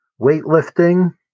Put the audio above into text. weightlifting